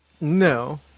no